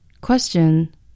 Question